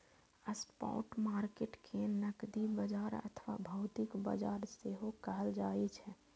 spot market कें नकदी बाजार अथवा भौतिक बाजार सेहो कहल जाइ छै